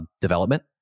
development